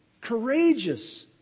Courageous